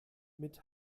mit